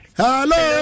hello